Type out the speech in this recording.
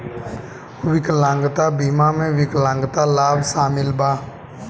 विकलांगता बीमा में विकलांगता लाभ शामिल बा